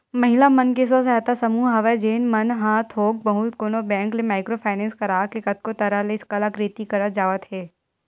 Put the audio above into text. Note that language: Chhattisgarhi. महिला मन के स्व सहायता समूह हवय जेन मन ह थोक बहुत कोनो बेंक ले माइक्रो फायनेंस करा के कतको तरह ले कलाकृति करत जावत हे